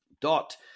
Dot